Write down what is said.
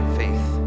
faith